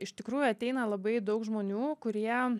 iš tikrųjų ateina labai daug žmonių kurie